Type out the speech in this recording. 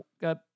got